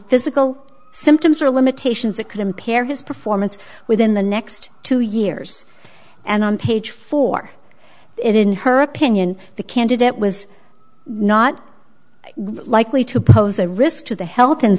physical symptoms or limitations that could impair his performance within the next two years and on page four it in her opinion the candidate was not likely to pose a risk to the health and